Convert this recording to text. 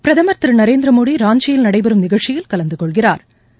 பிரதமா் திரு நரேந்திரமோடி ராஞ்சியில் நடைபெறும் நிகழ்ச்சியில் கலந்து கொள்கிறாா்